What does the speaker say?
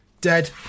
dead